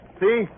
See